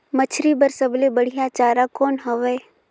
मछरी बर सबले बढ़िया चारा कौन हवय?